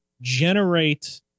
generate